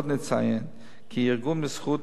עוד נציין כי ארגון "בזכות"